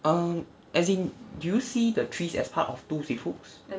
err as in do you see the three as part of two with hooks